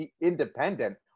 independent